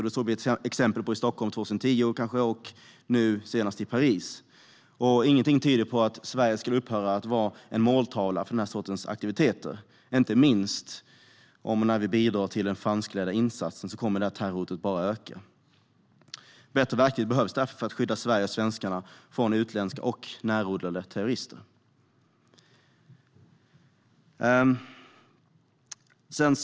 Det såg vi exempel på i Stockholm 2010 och nu senast i Paris. Ingenting tyder på att Sverige har upphört att vara en måltavla för den sortens aktiviteter. Terrorhotet kommer bara att öka, inte minst om vi bidrar till den franskledda insatsen. Bättre verktyg behövs därför för att skydda Sverige och svenskarna från utländska och närodlade terrorister.